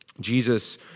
Jesus